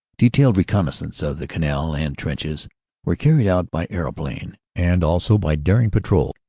detailed reconnaissance of the canal and trenches were carried out by aeroplane, and also by daring patrols,